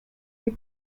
die